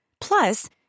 Plus